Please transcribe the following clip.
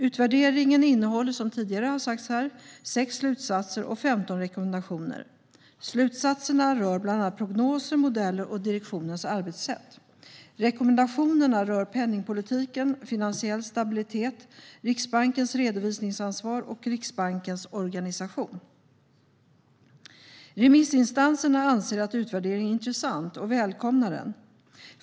Utvärderingen innehåller sex slutsatser och 15 rekommendationer. Slutsatserna rör bland annat prognoser, modeller och direktionens arbetssätt. Rekommendationerna rör penningpolitiken, finansiell stabilitet, Riksbankens redovisningsansvar och Riksbankens organisation. Remissinstanserna anser att utvärderingen är intressant och välkomnar den.